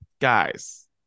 guys